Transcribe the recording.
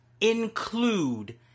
include